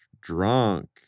drunk